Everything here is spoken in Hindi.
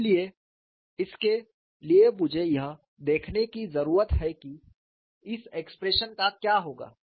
इसलिए इसके लिए मुझे यह देखने की जरूरत है कि इस एक्सप्रेशन का क्या होगा